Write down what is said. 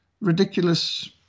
ridiculous